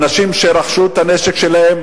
אנשים שרכשו את הנשק שלהם,